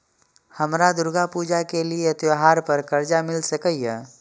हमरा दुर्गा पूजा के लिए त्योहार पर कर्जा मिल सकय?